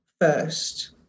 first